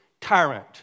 tyrant